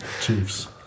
Chiefs